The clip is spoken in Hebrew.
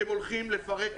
אתם הולכים לפרק פה ענף שלם.